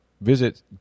visit